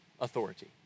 authority